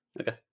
okay